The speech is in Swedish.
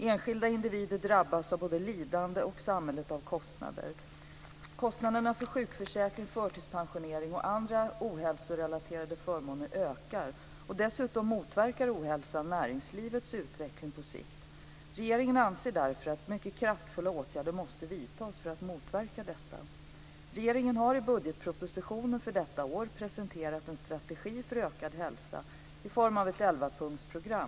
Enskilda individer drabbas av lidande och samhället drabbas av kostnader. Kostnaderna för sjukförsäkring, förtidspensionering och andra ohälsorelaterade förmåner ökar, och dessutom motverkar ohälsan näringslivets utveckling på sikt. Regeringen anser därför att mycket kraftfulla åtgärder måste vidtas för att motverka detta. presenterat en strategi för ökad hälsa i form av ett elvapunktsprogram.